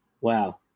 Wow